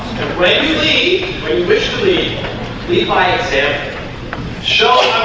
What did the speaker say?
pray to thee initially levi except show